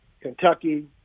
Kentucky